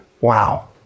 Wow